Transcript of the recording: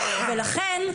לכן,